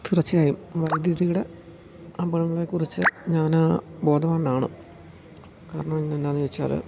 തീർച്ചയായും വൈദ്യുതിയുടെ അപകടങ്ങളെ കുറിച്ചു ഞാൻ ബോധവാനാണ് കാരണം എന്താണെന്ന് ചോദിച്ചാൽ